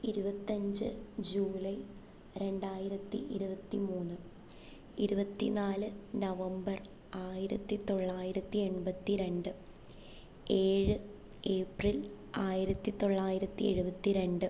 ഇരുപത്തഞ്ച് ജൂലൈ രണ്ടായിരത്തി ഇരുപത്തി മൂന്ന് ഇരുപത്തി നാല് നവംബർ ആയിരത്തിത്തൊള്ളായിരത്തി എൺപത്തി രണ്ട് ഏഴ് ഏപ്രിൽ ആയിരത്തിത്തൊള്ളായിരത്തി എഴുപത്തി രണ്ട്